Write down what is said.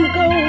go